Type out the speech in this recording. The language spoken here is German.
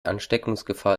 ansteckungsgefahr